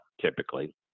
typically